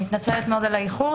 אני מתנצלת על האיחור.